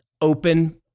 open